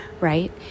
right